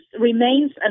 remains